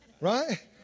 Right